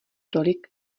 tolik